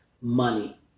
money